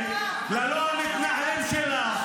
נחלת אבותינו.